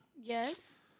Yes